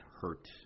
hurt